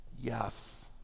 Yes